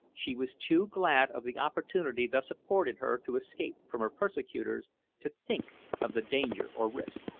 she was too glad of the opportunity thus afforded her to escape from her persecutors to think of the danger or risk.